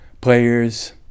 players